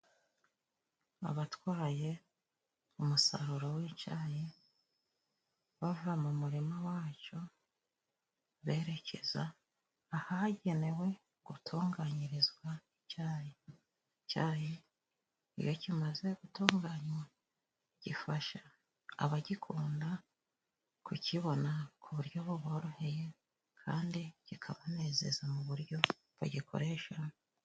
Abatwaye umusaruro w'icayi bava mu murima waco berekeza ahagenewe gutunganyirizwa icayi. Icayi iyo kimaze gutunganywa, gifasha abagikunda kukibona ku buryo buboroheye, kandi kikabanezeza mu buryo bagikoresha.